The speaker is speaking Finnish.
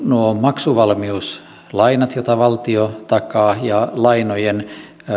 nuo maksuvalmiuslainat joita valtio takaa ja lainojen